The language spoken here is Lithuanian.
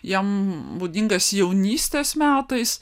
jam būdingas jaunystės metais